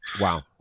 Wow